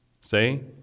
Say